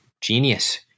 genius